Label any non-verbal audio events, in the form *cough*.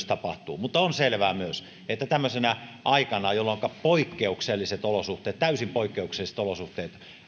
*unintelligible* tapahtuu mutta on selvää myös että tämmöisenä aikana jolloinka poikkeukselliset olosuhteet täysin poikkeukselliset olosuhteet